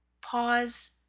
pause